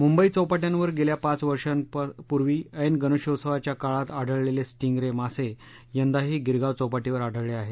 मुंबईच्या चौपाट्यांवर गेल्या पाच वर्षापूर्वी ऐन गणेशोत्सवाच्या काळात आढळलेले स्टिंग रे मासे यंदाही गिरगाव चौपाटीवर आढळले आहेत